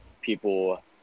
people